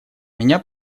меня